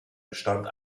bestand